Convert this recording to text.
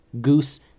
Goose